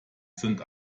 sind